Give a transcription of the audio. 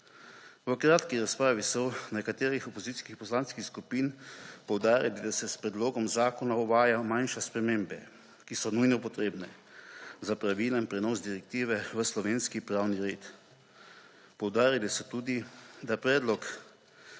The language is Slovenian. V kratki razpravi so v nekaterih opozicijskih poslanskih skupin poudarek, da se s predlogom zakona uvajajo manjše spremembe, ki so nujno potrebne za pravila in prenos direktive v slovenski pravni red. Poudarili so tudi, da predlog